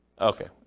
Okay